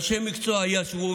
אנשי מקצוע ישבו,